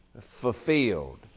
fulfilled